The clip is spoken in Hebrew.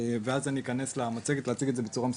ואז אני אכנס לתוך המצגת ואציג לכם את זה בצורה מסודרת.